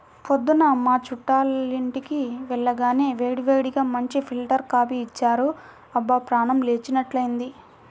పొద్దున్న మా చుట్టాలింటికి వెళ్లగానే వేడివేడిగా మంచి ఫిల్టర్ కాపీ ఇచ్చారు, అబ్బా ప్రాణం లేచినట్లైంది